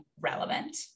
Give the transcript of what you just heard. relevant